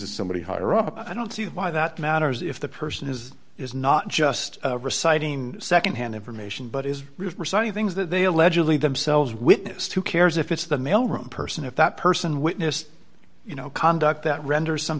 as somebody higher up i don't see why that matters if the person is is not just reciting nd hand information but is resigning things that they allegedly themselves witnessed who cares if it's the mailroom person if that person witnessed you know conduct that render some